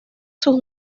sus